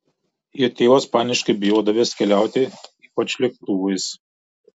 jo tėvas paniškai bijodavęs keliauti ypač lėktuvais